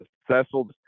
successful